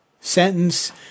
sentence